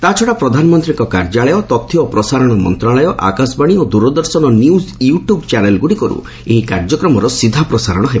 ତାଛଡା ପ୍ରଧାନମନ୍ତ୍ରୀଙ୍କ କାର୍ଯ୍ୟାଳୟ ତଥ୍ୟ ଓ ପ୍ରସାରଣ ମନ୍ତ୍ରଣାଳୟ ଆକାଶବାଣୀ ଓ ଦୂରଦର୍ଶନ ନ୍ୟକ ୟୂଟ୍ୟବ୍ ଚ୍ୟାନେଲଗୁଡିକରୁ ଏହି କାର୍ଯ୍ୟକ୍ରମର ସିଧା ପ୍ରସାରଣ ହେବ